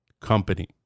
company